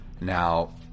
Now